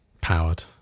powered